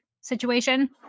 situation